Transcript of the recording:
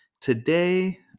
today